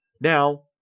Now